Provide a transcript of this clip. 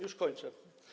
Już kończę.